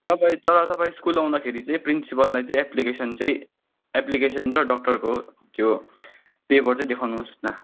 तपाईँ तर तपाईँ स्कुल आउँदाखेरि चाहिँ प्रिन्सिपललाई चाहिँ एप्लिकेसन चाहिँ एप्लिकेसन र डक्टरको त्यो पेपर चाहिँ देखाउनुहोस् न